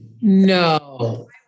No